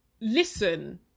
listen